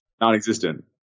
Non-existent